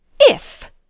If